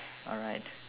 alright